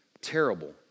terrible